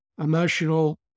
emotional